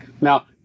Now